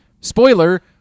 spoiler